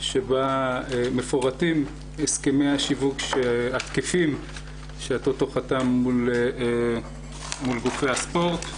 שבה מפורטים הסכמי השיווק התקפים שהטוטו חתם מול גופי הספורט.